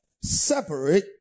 Separate